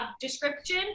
description